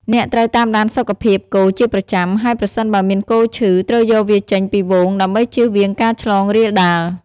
អ្នកត្រូវតាមដានសុខភាពគោជាប្រចាំ ហើយប្រសិនបើមានគោឈឺ ត្រូវយកវាចេញពីហ្វូងដើម្បីចៀសវាងការឆ្លងរាលដាល។